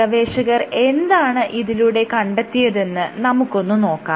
ഗവേഷകർ എന്താണ് ഇതിലൂടെ കണ്ടെത്തിയതെന്ന് നമുക്കൊന്ന് നോക്കാം